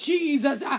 Jesus